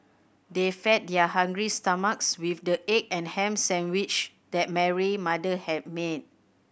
they fed their hungry stomachs with the egg and ham sandwiches that Mary mother had made